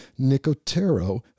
nicotero